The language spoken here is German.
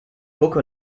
mucke